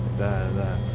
the